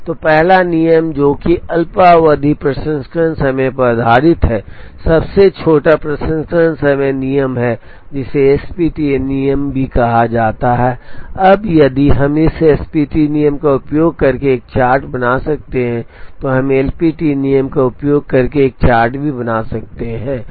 तो पहला नियम जो कि अल्पावधि प्रसंस्करण समय पर आधारित है सबसे छोटा प्रसंस्करण समय नियम है जिसे SPT नियम भी कहा जाता है अब यदि हम इस SPT नियम का उपयोग करके एक चार्ट बना सकते हैं तो हम LPT नियम का उपयोग करके एक चार्ट भी बना सकते हैं